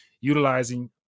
utilizing